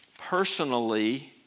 personally